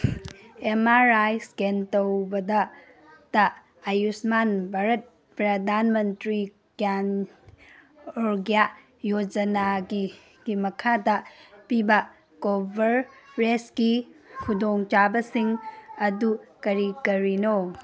M R I scan ꯇꯧꯕꯗ ꯇ ꯑꯌꯨꯁꯃꯥꯟ ꯚꯥꯔꯠ ꯄ꯭ꯔꯙꯥꯟ ꯃꯟꯇ꯭ꯔꯤ ꯒ꯭ꯌꯥꯟ ꯑꯔꯣꯒ꯭ꯌꯥ ꯌꯣꯖꯅꯥꯒꯤ ꯃꯈꯥꯗ ꯄꯤꯕ ꯀꯣꯕꯔꯔꯦꯖꯀꯤ ꯈꯨꯗꯣꯡꯆꯥꯕꯁꯤꯡ ꯑꯗꯨ ꯀꯔꯤ ꯀꯔꯤꯅꯣ